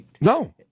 No